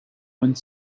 one